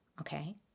Okay